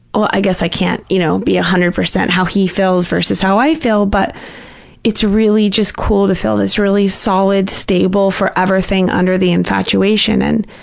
well, i guess i can't, you know, be one ah hundred percent how he feels versus how i feel, but it's really just cool to feel this really solid, stable, forever thing under the infatuation, and,